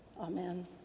Amen